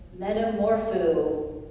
metamorpho